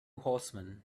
horsemen